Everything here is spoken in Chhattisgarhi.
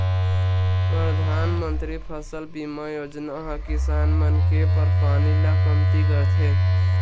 परधानमंतरी फसल बीमा योजना ह किसान मन के परसानी ल कमती करथे